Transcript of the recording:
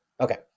Okay